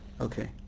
Okay